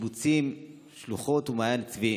בקיבוצים שלוחות ומעיין צבי.